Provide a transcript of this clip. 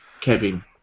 Kevin